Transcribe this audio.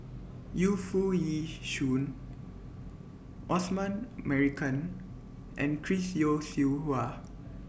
Yu Foo Yee Shoon Osman Merican and Chris Yeo Siew Hua